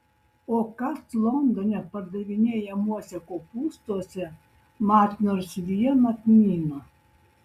o kas londone pardavinėjamuose kopūstuose matė nors vieną kmyną